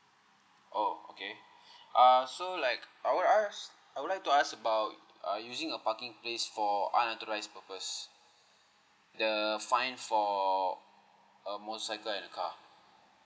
oh okay uh so like I would ask I would like to ask about uh using a parking space for unauthorized purpose the fine for a motorcycle and a car